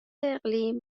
اقلیم